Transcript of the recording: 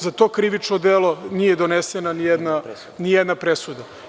Za to krivično delo nije donešena ni jedna presuda.